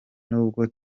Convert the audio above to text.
n’ubwo